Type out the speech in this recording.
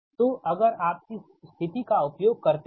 तो अगर आप इस स्थिति का उपयोग करते हैं